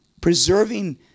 preserving